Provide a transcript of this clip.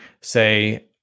say